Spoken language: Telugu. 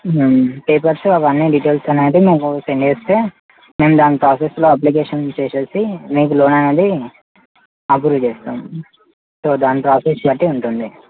పేపర్స్ అవన్నీ డీటెయిల్స్ అనేటివి మీరు సెండ్ చేస్తే మేము దాని ప్రాసెస్లో అప్లికేషన్ చేసేసి మీకు లోన్ అనేది అప్రూవ్ చేస్తాం సో దాని ప్రాసెస్ బట్టి ఉంటుంది